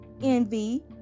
envy